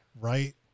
Right